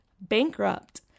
bankrupt